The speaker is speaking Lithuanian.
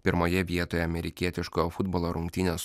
pirmoje vietoje amerikietiškojo futbolo rungtynės